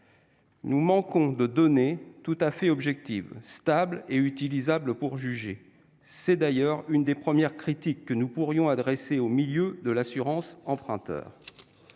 nous manquons de données tout à fait objectives, stables et utilisables pour en juger. C'est d'ailleurs l'une des premières critiques que nous pourrions adresser au secteur de l'assurance emprunteur.